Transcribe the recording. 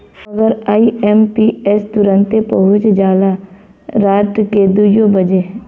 मगर आई.एम.पी.एस तुरन्ते पहुच जाला राट के दुइयो बजे